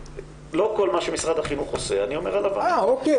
לא כל מה שמשרד החינוך עושה, אני אומר עליו אמן.